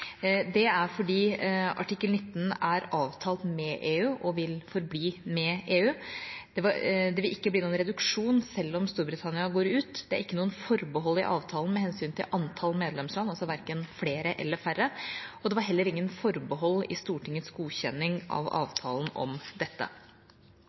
Det er fordi artikkel 19 er avtalt med EU og vil forbli med EU. Det vil ikke bli noen reduksjon selv om Storbritannia går ut. Det er ikke noen forbehold i avtalen med hensyn til antall medlemsland, verken flere eller færre, og det var heller ingen forbehold i Stortingets godkjenning av